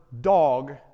dog